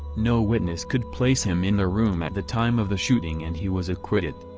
no witness could place him in the room at the time of the shooting and he was acquitted.